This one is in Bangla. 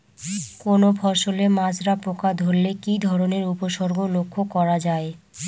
কোনো ফসলে মাজরা পোকা ধরলে কি ধরণের উপসর্গ লক্ষ্য করা যায়?